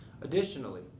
Additionally